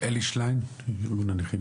אלי שליין מארגון הנכים